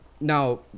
Now